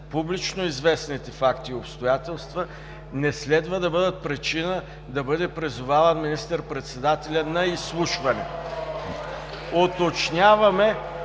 публично известните факти и обстоятелства не следва да бъдат причина да бъде призоваван министър-председателят на изслушване!